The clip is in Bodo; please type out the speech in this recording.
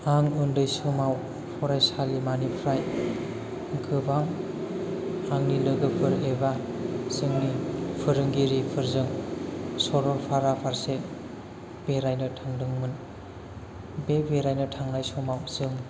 आं उन्दै समाव फरायसालिमा निफ्राय गोबां आंनि लोगोफोर एबा जोंनि फोरोंगिरिफोरजों सरलफारा फारसे बेरायनो थांदोंमोन बे बेरायनो थांनाय समाव जों